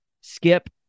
skip